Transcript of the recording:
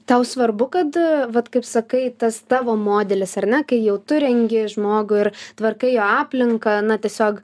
tau svarbu kad vat kaip sakai tas tavo modelis ar ne kai jau tu rengi žmogų ir tvarkai jo aplinką na tiesiog